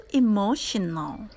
emotional